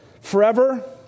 Forever